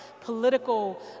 political